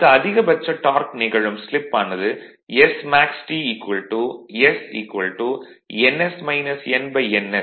அடுத்து அதிகபட்ச டார்க் நிகழும் ஸ்லிப் ஆனது smaxT s ns